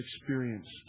experienced